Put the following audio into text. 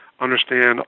understand